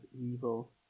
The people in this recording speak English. evil